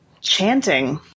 Chanting